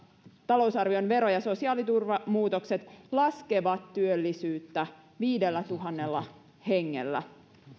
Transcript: talousarvion vero ja sosiaaliturvamuutokset laskevat työllisyyttä viidellätuhannella hengellä